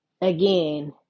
again